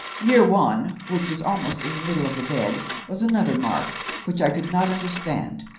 near one, which was almost in the middle of the bed, was another mark which i could not understand.